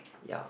ya